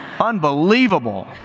Unbelievable